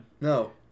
No